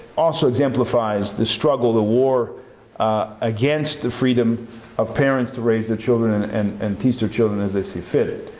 also exemplifies the struggle, the war against the freedom of parents to raise their children and and and teach their children as they see fit.